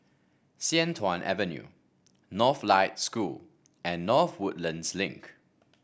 Sian Tuan Avenue Northlight School and North Woodlands Link